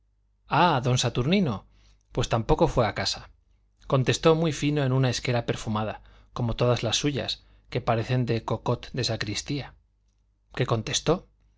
ah don saturnino pues tampoco fue a casa contestó muy fino en una esquela perfumada como todas las suyas que parecen de cocotte de sacristía qué contestó